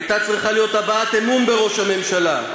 הייתה צריכה להיות הבעת אמון בראש הממשלה,